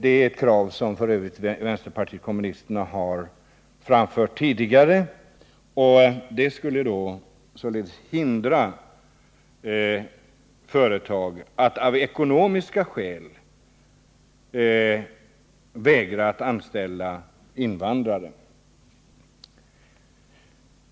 Det är ett krav som vpk framfört tidigare, och det skulle hindra företag att av ekonomiska skäl vägra anställa invandrare.